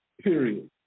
Period